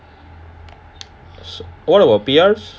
what about P_R